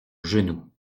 genou